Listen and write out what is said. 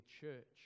church